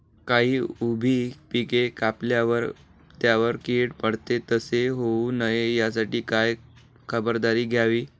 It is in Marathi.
काही उभी पिके कापल्यावर त्यावर कीड पडते, तसे होऊ नये यासाठी काय खबरदारी घ्यावी?